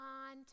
on